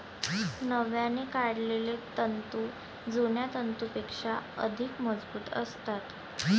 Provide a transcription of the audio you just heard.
नव्याने काढलेले तंतू जुन्या तंतूंपेक्षा अधिक मजबूत असतात